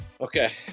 Okay